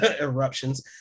eruptions